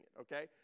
Okay